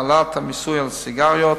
העלאת המיסוי על סיגריות,